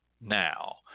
now